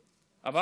עברתי?